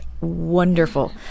wonderful